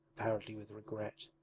apparently with regret.